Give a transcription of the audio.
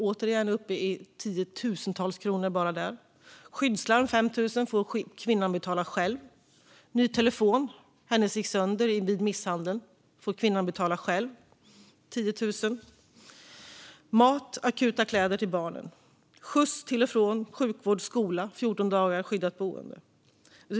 Återigen är vi uppe i tiotusentals kronor bara där. Skyddslarm, 5 000 kronor, får kvinnan betala själv. Ny telefon, för hennes gick sönder vid misshandeln. Det får kvinnan betala själv, 10 000 kronor. Mat och akuta kläder till barnen. Skjuts till och från sjukvård och skola under 14 dagars skyddat boende.